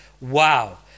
Wow